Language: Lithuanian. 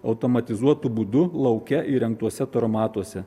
automatizuotu būdu lauke įrengtuose taromatuose